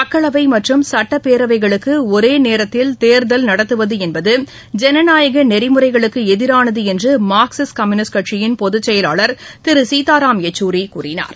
மக்களவை மற்றும் சுட்டப்பேரவைகளுக்க ஒரே நேரத்தில் தேர்தல் நடத்துவது என்பது ஜனநாயக நெறிமுறைகளுக்கு எதிரானது என்று மார்க்சிஸ்ட் கம்யூனிஸ்ட் கட்சியின் பொதுச் செயலாளர் திரு சீதாராம் யெச்சூரி கூறினார்